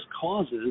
causes